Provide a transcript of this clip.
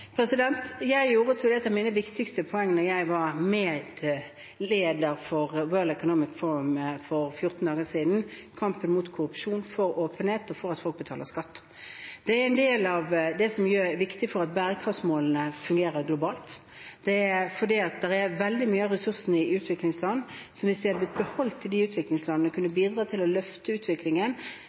Jeg gjorde til et av mine viktigste poeng da jeg var medleder for World Economic Forum for 14 dager siden, kampen mot korrupsjon, for åpenhet og for at folk betaler skatt. Det er en del av det som er viktig for at bærekraftsmålene fungerer globalt, fordi vi ser at veldig mye av ressursene i utviklingsland er blitt beholdt i de utviklingslandene og har kunnet bidra til å løfte utviklingen,